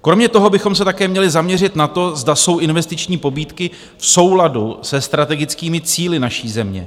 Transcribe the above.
Kromě toho bychom se také měli zaměřit na to, zda jsou investiční pobídky v souladu se strategickými cíli naší země.